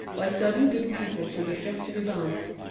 why certain good people should object to the dance,